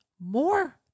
more